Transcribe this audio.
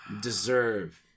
deserve